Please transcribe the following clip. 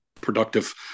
productive